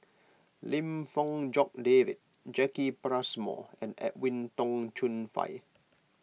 Lim Fong Jock David Jacki Passmore and Edwin Tong Chun Fai